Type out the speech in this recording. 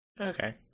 Okay